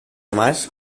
más